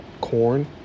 corn